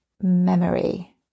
memory